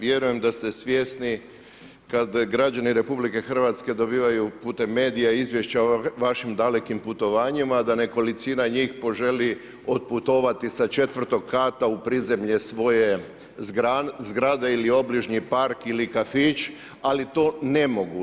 Vjerujem da ste svjesni kad građani Republike Hrvatske dobivaju putem medija izvješća o vašim dalekim putovanjima, da nekolicina njih poželi otputovati sa 4-og kata u prizemlje svoje zgrade ili obližnji park ili kafić, ali to ne mogu.